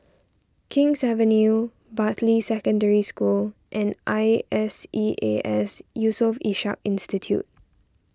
King's Avenue Bartley Secondary School and I S E A S Yusof Ishak Institute